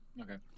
Okay